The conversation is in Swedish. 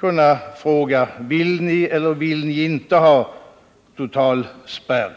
kunna fråga: Vill ni eller vill ni inte ha total spärr?